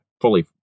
fully